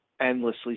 endlessly